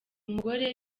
mugore